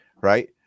right